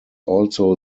also